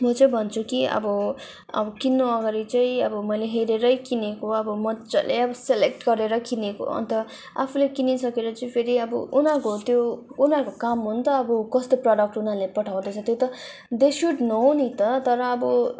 म चाहिँ भन्छु कि अब अब किन्नु अगाडि चाहिँ अब मैले हेरेरै किनेको अब मज्जाणले अब सेलेक्ट गरेर किनेको अन्त आफूले किनिसकेर चाहिँ फेरि अब उनीहरूको त्यो उनीहरूको काम हो नि त अब कस्तो प्रडक्ट उनीहरूले पठाउँदैछ त्यो त दे सुड नो नि त तर अब